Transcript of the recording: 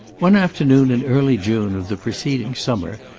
one afternoon in early june of the preceding summer,